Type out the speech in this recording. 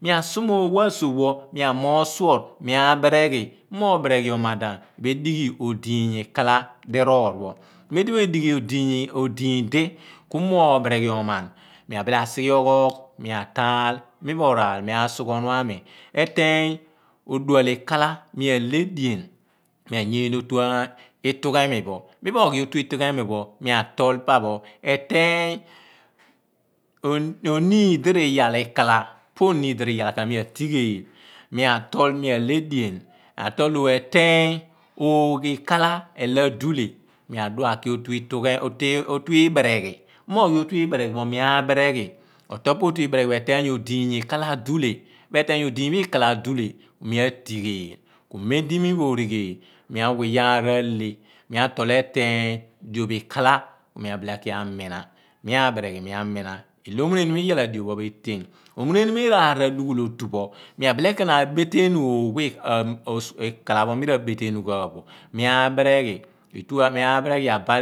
Mi a suma oogh pho a suogh pho mea moor sour mi ro bere ghi ro madam, me dighi o diiny ikaala diroor pho mem di me dighi odiiny-di ku mi roo bereghi ro ma̱n, mia bele a sighe oghoghi mia thaal, miro raal mi a sugha onua mi. Eteeny odual ikala mia ihe edean mi ayeene otu itughe mi pho mi roghi otu itughemi pho mia tool pa pho eteeny oniindi riyaal ikala po oniin di riyaal ikala pho mia teghel mea tool meale edean, me ro ihe adean pho mea tool…ooh reteenyoogh kala elo aduleh mi adua a ki otuibere ghi mi ro ghi otu ibereghi pho, mia bereghi otool po otuibeereghi pho, mia tool eteeny odiiny ikaalah reteeny odiiny pho ikala pho mia tigheel. Mem dimi ro righe el mea wha iyaar mea ihe mi ro leh mia tool eteeny diop ikala ku mi aki a mina. Mea bereghi mia iyaal adu ghaal otupho metean. Omune niom iraar adughul otupho mia bile keeny a metenu oogh pho a surgh pho ikala pho mi rabetenugha bo mi abaal